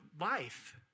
life